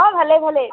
অ ভালে ভালে